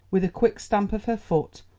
with a quick stamp of her foot,